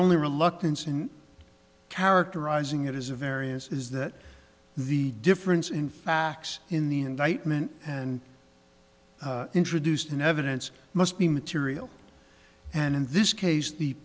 only reluctance in characterizing it as a variance is that the difference in facts in the indictment and introduced in evidence must be material and in this case the